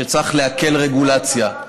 שצריך להקל רגולציה.